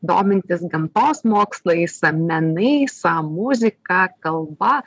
domintis gamtos mokslais a menais a muzika kalba